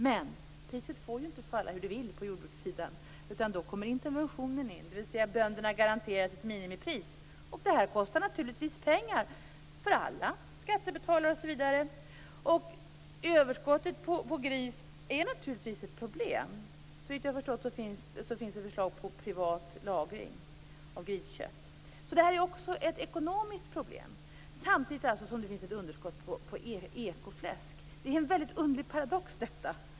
Men priset får ju inte falla hur det vill på jordbrukssidan, utan då kommer interventionen in - dvs. att bönderna garanteras ett minimipris. Det här kostar naturligtvis pengar för alla - för skattebetalare osv. Överskottet på gris är naturligtvis ett problem. Såvitt jag förstår finns det förslag om privat lagring av griskött. Detta är alltså även ett ekonomiskt problem, samtidigt som det finns ett underskott på ekologiskt producerat fläsk. Detta är en väldigt underlig paradox.